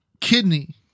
kidney